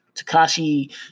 Takashi